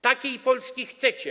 Takiej Polski chcecie.